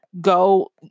go